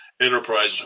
enterprise